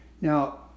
now